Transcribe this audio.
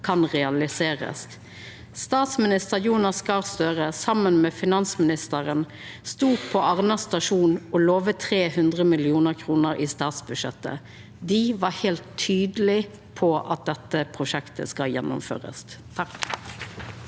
bli realisert. Statsminister Jonas Gahr Støre, saman med finansministeren, stod på Arna stasjon og lova 300 mill. kr i statsbudsjettet. Dei var heilt tydelege på at dette prosjektet skal gjennomførast.